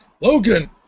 Logan